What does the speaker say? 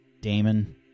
Damon